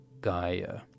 Gaia